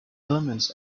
elements